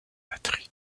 batterie